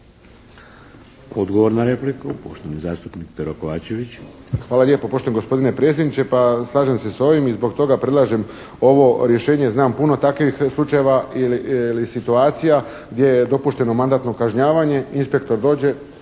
Odgovor na repliku poštovani zastupnik Pero Kovačević. **Kovačević, Pero (HSP)** Hvala lijepo poštovani gospodine predsjedniče. Pa, slažem se sa ovim i zbog toga predlažem ovo rješenje, znam puno takvih slučajeva ili situacija gdje je dopušteno mandatno kažnjavanje. Inspektor dođe,